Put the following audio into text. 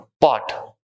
pot